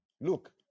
Look